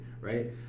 right